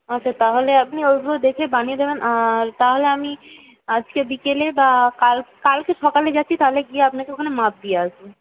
আচ্ছা তাহলে আপনি ওইগুলো দেখে বানিয়ে দেবেন আর তাহলে আমি আজকে বিকেলে বা কাল কালকে সকালে যাচ্ছি তাহলে গিয়ে আপনাকে ওখানে মাপ দিয়ে আসবো